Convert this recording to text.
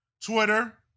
Twitter